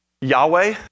Yahweh